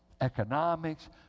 economics